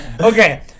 Okay